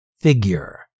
figure